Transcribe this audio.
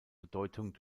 bedeutung